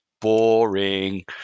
Boring